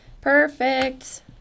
Perfect